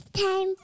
Time